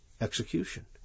execution